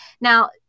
Now